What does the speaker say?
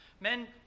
Men